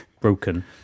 Broken